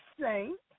saint